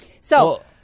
So-